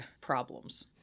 problems